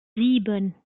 sieben